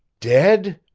dead!